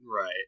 Right